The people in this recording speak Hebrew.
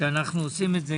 שעושים זאת.